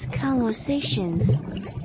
conversations